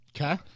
Okay